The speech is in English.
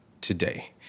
today